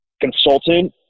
consultant